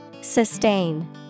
Sustain